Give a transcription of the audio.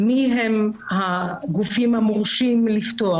מי הם הגופים המורשים לפתוח,